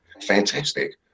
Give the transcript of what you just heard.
fantastic